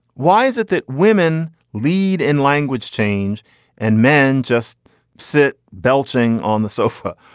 why is it that women lead in language change and men just sit belting on the sofa?